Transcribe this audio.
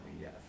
yes